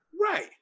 Right